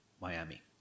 Miami